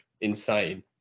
Insane